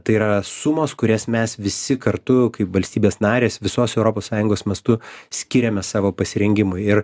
tai yra sumos kurias mes visi kartu kaip valstybės narės visos europos sąjungos mastu skiriame savo pasirengimui ir